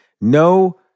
No